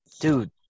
dude